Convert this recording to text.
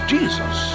Jesus